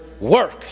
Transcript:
work